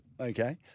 Okay